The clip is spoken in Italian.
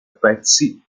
pezzi